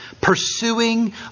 pursuing